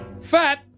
Fat